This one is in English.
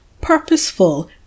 purposeful